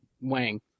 wang